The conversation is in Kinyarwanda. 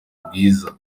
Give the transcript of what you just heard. rwiza